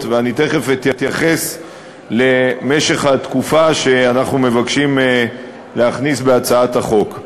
ואני תכף אתייחס למשך התקופה שאנחנו מבקשים להכניס בהצעת החוק.